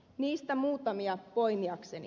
niistä muutamia poimiakseni